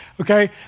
Okay